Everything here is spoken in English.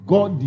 God